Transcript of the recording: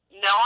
No